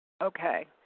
Okay